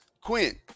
Quinn